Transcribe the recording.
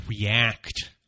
react